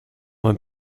went